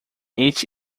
each